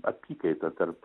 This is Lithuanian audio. apykaita tarp